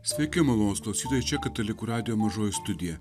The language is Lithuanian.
sveiki malonūs klausytojai čia katalikų radijo mažoji studija